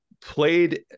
Played